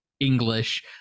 English